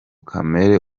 kamere